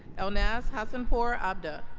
elnaz hassanpour and